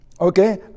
Okay